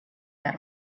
got